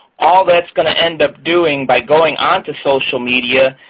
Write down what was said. all that's going to end up doing by going on to social media,